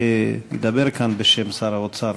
שידבר כאן בשם שר האוצר.